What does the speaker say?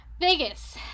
Vegas